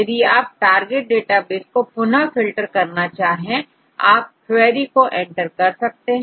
यदि आप target database को पुनः फिल्टर करना चाहे आप क्वैरी को एंटर कर सकते हैं